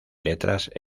letras